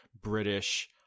British